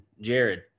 Jared